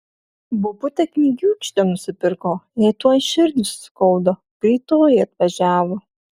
bobutė knygiūkštę nusipirko jai tuoj širdį suskaudo greitoji atvažiavo